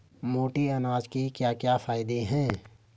मोटे अनाज के क्या क्या फायदे हैं?